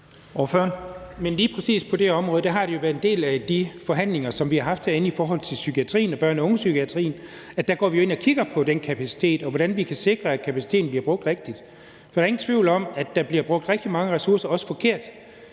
(DD): Det har jo været en del af de forhandlinger, som vi har haft herinde i forhold til psykiatrien og børne- og ungdomspsykiatrien. På lige præcis de områder er vi jo gået ind og har kigget på den kapacitet og på, hvordan vi kan sikre, at kapaciteten bliver brugt rigtigt. Der er ingen tvivl om, at der bliver brugt rigtig mange ressourcer, også forkert,